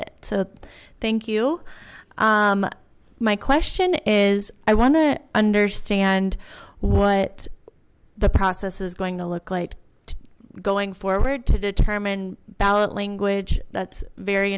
it so thank you my question is i want to understand what the process is going to look like going forward to determine ballot language that's very